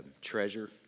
treasure